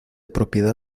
propiedad